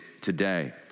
today